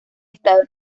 estadio